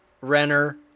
Renner